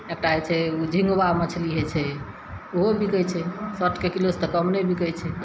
एकटा हइ छै ओ झिन्गबा मछली हइ छै ओहो बिकै छै सए टके किलो सँ तऽ कम नहि बिकै छै